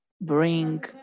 bring